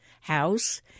house